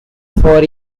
four